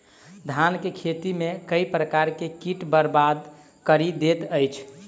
धान केँ खेती मे केँ प्रकार केँ कीट बरबाद कड़ी दैत अछि?